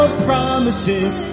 promises